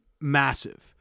massive